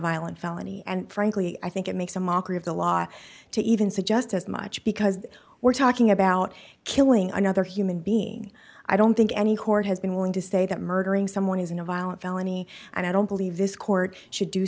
violent felony and frankly i think it makes a mockery of the law to even suggest as much because we're talking about killing another human being i don't think any court has been willing to say that murdering someone isn't a violent felony and i don't believe this court should do